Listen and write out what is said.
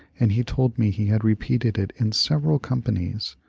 and he told me he had repeated it in several com panies.